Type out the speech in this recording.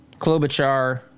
Klobuchar